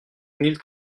mille